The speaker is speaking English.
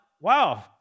wow